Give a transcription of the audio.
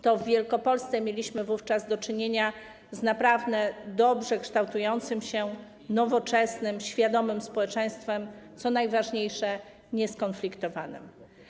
To w Wielkopolsce mieliśmy wówczas do czynienia z naprawdę dobrze kształtującym się nowoczesnym, świadomym społeczeństwem, które, co najważniejsze, nie było skonfliktowane.